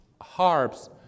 harps